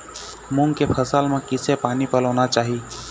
मूंग के फसल म किसे पानी पलोना चाही?